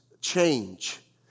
change